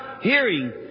hearing